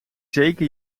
zeker